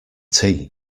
tea